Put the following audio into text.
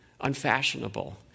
unfashionable